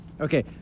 okay